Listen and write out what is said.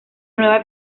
nueva